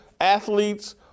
athletes